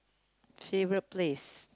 favourite place